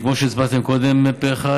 כמו שהצבעתם קודם פה אחד,